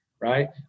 right